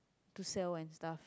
to sell and stuff